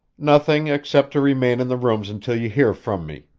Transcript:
nothing except to remain in the rooms until you hear from me,